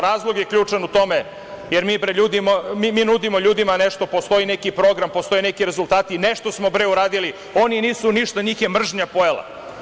Razlog je ključan u tome, jer mi bre nudimo ljudima nešto, postoji neki program, neki rezultati, i nešto smo uradili, a oni nisu ništa, njih je mržnja pojela.